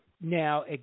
now